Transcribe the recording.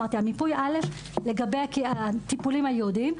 אחד זה לגבי הטיפולים הייעודיים.